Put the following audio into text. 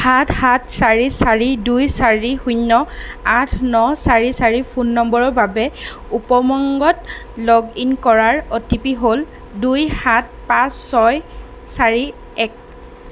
সাত সাত চাৰি চাৰি দুই চাৰি শূন্য আঠ ন চাৰি চাৰি ফোন নম্বৰৰ বাবে উপমংগত লগ ইন কৰাৰ অ' টি পি হ'ল দুই সাত পাঁচ ছয় চাৰি এক